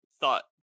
thought